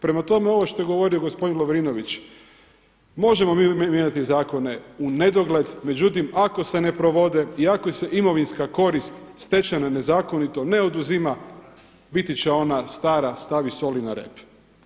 Prema tome, ovo što je govorio gospodin Lovrinović možemo mi mijenjati zakone u nedogled, međutim ako se ne provode i ako se imovinska korist stečena nezakonito ne oduzima biti će ona stara stavi soli na rep.